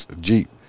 Jeep